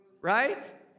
Right